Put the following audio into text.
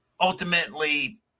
ultimately